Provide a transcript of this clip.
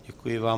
Děkuji vám.